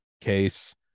case